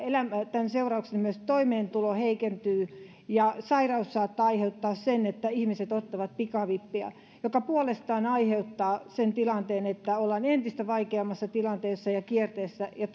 tämän seurauksena myös toimeentulo heikentyy sairaus saattaa aiheuttaa sen että ihmiset ottavat pikavippiä mikä puolestaan aiheuttaa sen että ollaan entistä vaikeammassa kierteessä ja